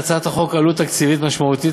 להצעת החוק עלות תקציבית משמעותית,